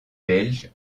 belge